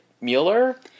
Mueller